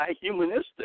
humanistic